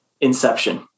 Inception